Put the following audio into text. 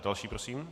Další prosím.